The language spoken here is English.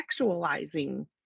sexualizing